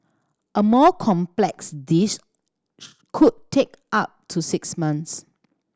a more complex dish could take up to six months